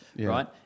right